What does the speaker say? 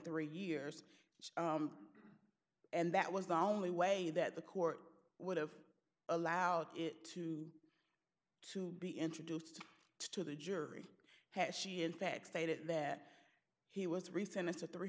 three years and that was the only way that the court would have allowed it to to be introduced to the jury has she in fact stated that he was